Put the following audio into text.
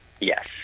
Yes